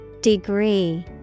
degree